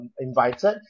invited